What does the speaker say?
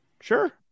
Sure